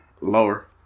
Lower